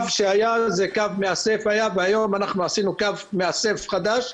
היה קו מאסף והיום אנחנו עשינו קו מאסף חדש.